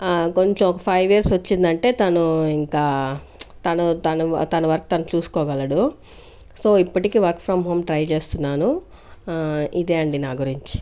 ఆ కొంచెం ఒక ఫైవ్ ఇయర్స్ వచ్చిందంటే తను ఇంకా తను తను తన వర్క్ తను చూసుకోగలడు సో ఇప్పటికీ వర్క్ ఫ్రమ్ హోమ్ ట్రై చేస్తున్నాను ఆ ఇదే అండి నా గురించి